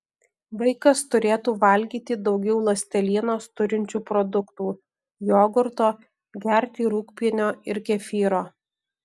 vaikas turėtų valgyti daugiau ląstelienos turinčių produktų jogurto gerti rūgpienio ir kefyro